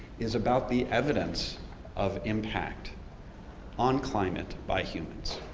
is about the evidence of impact on climate by humans.